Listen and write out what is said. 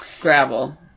gravel